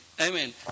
Amen